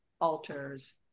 altars